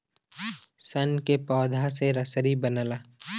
सन के पौधा से रसरी बनला